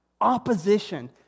opposition